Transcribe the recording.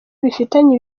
bifitanye